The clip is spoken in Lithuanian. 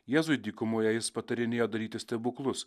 jėzui dykumoje jis patarinėjo daryti stebuklus